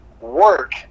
work